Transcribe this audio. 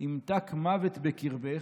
/ ימתק מוות בקרבך,